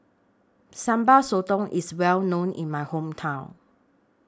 Sambal Sotong IS Well known in My Hometown